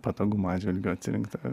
patogumo atžvilgiu atsirinkta